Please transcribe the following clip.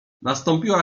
nastąpiła